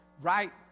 right